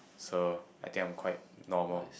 so I think I am quite normal